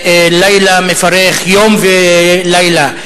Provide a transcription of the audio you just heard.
לילה מפרך, יום ולילה.